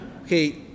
Okay